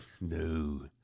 No